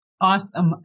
Awesome